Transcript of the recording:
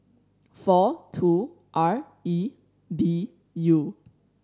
four two R E B U